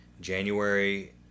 January